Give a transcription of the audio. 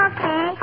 Okay